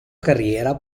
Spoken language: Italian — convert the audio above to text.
carriera